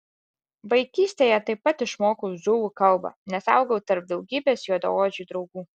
vaikystėje taip pat išmokau zulų kalbą nes augau tarp daugybės juodaodžių draugų